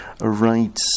Right